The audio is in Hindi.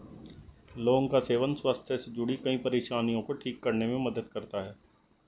लौंग का सेवन स्वास्थ्य से जुड़ीं कई परेशानियों को ठीक करने में मदद करता है